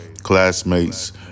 classmates